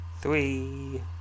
three